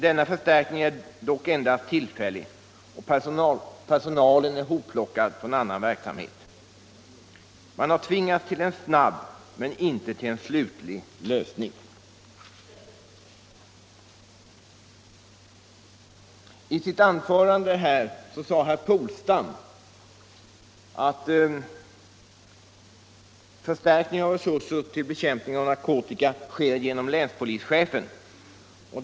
Denna förstärkning är dock endast tillfällig och personalen är hopplockad från annan verksamhet. Man har tvingats till en snabb men inte till en slutlig lösning. I sitt anförande här sade herr Polstam att förstärkningen av resurser till bekämpning av narkotika sker genom länspolischefen.